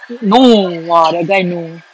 no !wah! that guy no